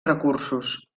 recursos